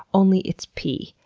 only it's pee,